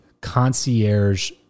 concierge